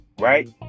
right